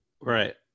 Right